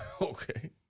okay